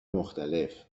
مختلف